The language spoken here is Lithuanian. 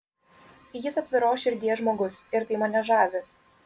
jis atviros širdies žmogus ir tai mane žavi